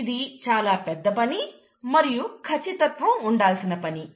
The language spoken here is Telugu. ఇది చాలా పెద్ద పని మరియు ఖచ్చితత్వం ఉండాల్సిన పని